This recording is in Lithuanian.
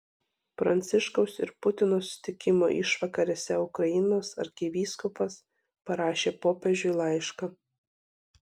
pranciškaus ir putino susitikimo išvakarėse ukrainos arkivyskupas parašė popiežiui laišką